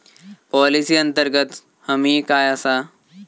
Policy अंतर्गत हमी काय आसा?